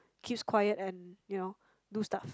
keeps quiet and you know do stuff